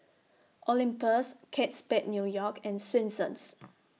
Olympus Kate Spade New York and Swensens